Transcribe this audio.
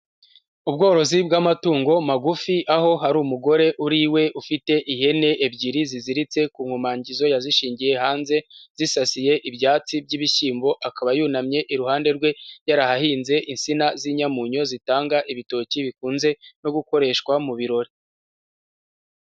Ubworozi bw'amatungo magufi, aho hari umugore uri iwe, ufite ihene ebyiri ziziritse ku nkomangizo yazishingiye hanze, zisasiye ibyatsi by'ibishyimbo, akaba yunamye, iruhande rwe yarahahinze insina z'inyamunyo zitanga ibitoki bikunze no gukoreshwa mu birori.